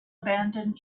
abandoned